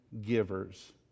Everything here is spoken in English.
givers